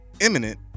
imminent